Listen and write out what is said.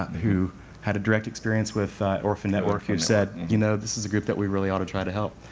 who had a direct experience with orphanetwork, who said, you know, this is a group that we really ought to try to help.